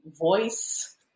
voice